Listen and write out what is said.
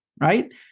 right